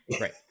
right